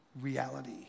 reality